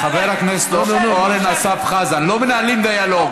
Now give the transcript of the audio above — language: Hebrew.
חבר הכנסת אורן אסף חזן, לא מנהלים דיאלוג.